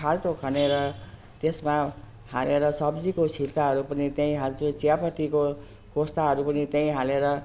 खाल्टो खनेर त्यसमा हालेर सब्जीको छिल्काहरू पनि त्यहीँ हाल्छु चियापत्तीको खोस्टाहरू पनि त्यहीँ हालेर